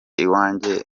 iwanjye